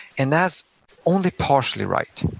and that's only partially right,